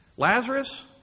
Lazarus